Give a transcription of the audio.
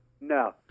No